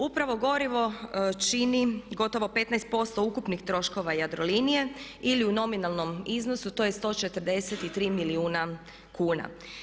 Upravo gorivo čini gotovo 15% ukupnih troškova Jadrolinije ili u nominalnom iznosu to je 143 milijuna kuna.